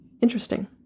Interesting